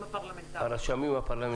הרשמים הפרלמנטריים.